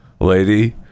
lady